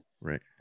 Right